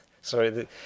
Sorry